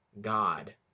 God